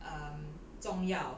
um 重要